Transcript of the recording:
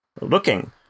looking